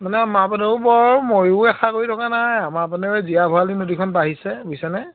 মানে আমাৰ পিনেও বৰ ময়ো আশা কৰি থকা নাই আমাৰ পিনেও এই জীয়া ভৰলী নদীখন বাঢ়িছে বুইছেনে